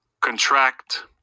contract